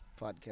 podcast